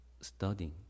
studying